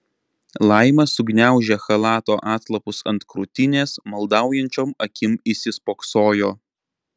laima sugniaužė chalato atlapus ant krūtinės maldaujančiom akim įsispoksojo